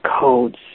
codes